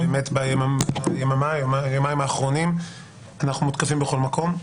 באמת ביומיים האחרונים אנחנו מותקפים בכל מקום.